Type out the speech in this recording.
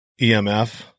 EMF